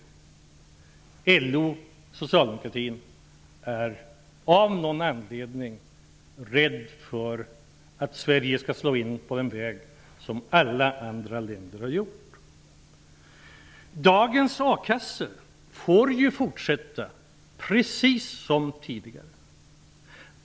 Inom LO och socialdemokratin är man av någon anledning rädd för att Sverige skall slå in på en väg som alla andra länder har valt. Dagens a-kassor får ju fortsätta precis som tidigare.